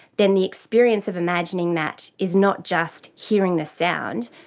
then the experience of imagining that is not just hearing the sound,